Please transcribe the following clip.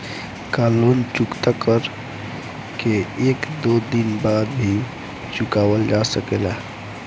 का लोन चुकता कर के एक दो दिन बाद भी चुकावल जा सकेला?